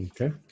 Okay